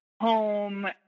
home